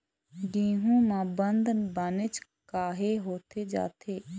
गेहूं म बंद बनेच काहे होथे जाथे?